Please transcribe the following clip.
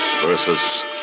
versus